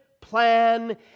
plan